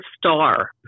Star